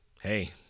hey